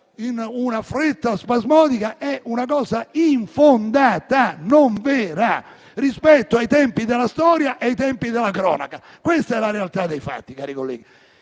una fretta spasmodica è una cosa infondata e non vera, rispetto ai tempi della storia e ai tempi della cronaca. Questa è la realtà dei fatti, cari colleghi.